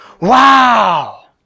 Wow